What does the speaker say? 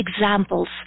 examples